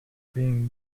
being